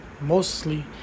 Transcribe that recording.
mostly